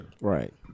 Right